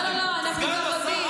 לא, לא, לא, אנחנו כבר יודעים.